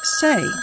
say